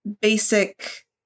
basic